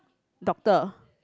doctor